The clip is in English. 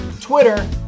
Twitter